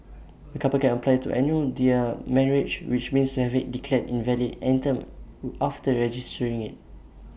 A couple can apply to annul their marriage which means to have IT declared invalid any time who after registering IT